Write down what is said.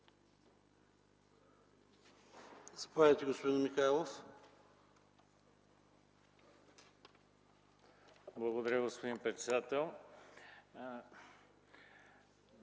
Благодаря, господин председател.